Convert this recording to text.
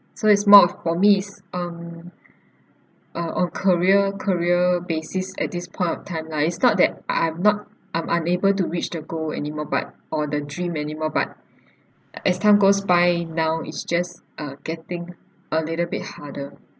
so it's more for me it's um uh on career career basis at this point of time lah it's not that I'm not I'm unable to reach the goal anymore but or the dream anymore but as time goes by now it's just uh getting a little bit harder